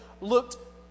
looked